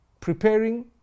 preparing